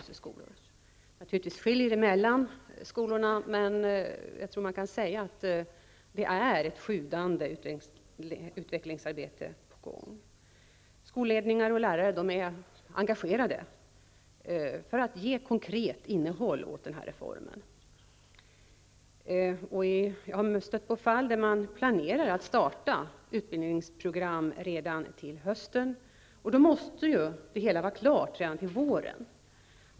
Det skiljer naturligtvis mellan skolorna, men jag tror att man kan säga att det är ett sjudande utvecklingsarbete. Skolledningar och lärare är engagerade för att ge konkret innehåll åt denna reform. På en del håll planerar man att starta utbildningsprogram redan till hösten, och då måste det hela vara klart redan till våren.